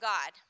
God